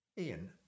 Ian